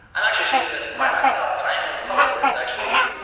i'm actually shooting this by myself, but i am in public. there's actually,